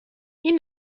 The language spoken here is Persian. این